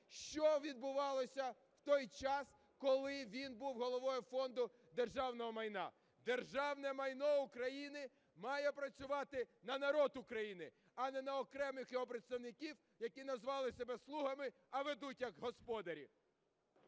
що відбувалося в той час, коли він був головою Фонду державного майна. Державне майно України має працювати на народ України, а не на окремих його представників, які назвали себе слугами, а ведуть як господарі.